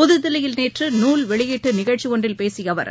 புதுதில்லியில் நேற்று நூல் வெளியீட்டு நிகழ்ச்சி ஒன்றில் பேசிய அவர்